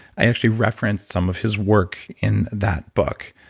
i actually referenced some of his work in that book.